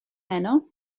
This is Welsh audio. heno